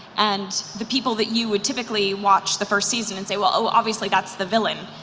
and the people that you would typically watch the first season and say, well oh obviously that's the villain,